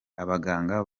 abaganga